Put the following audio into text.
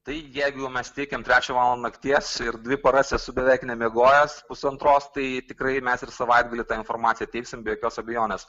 tai jeigu mes teikiam trečią valandą nakties ir dvi paras esu beveik nemiegojęs pusantros tai tikrai mes ir savaitgalį tą informaciją teiksim be jokios abejonės